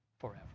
forever